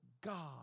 God